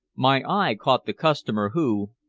my eye caught the customer who,